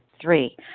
three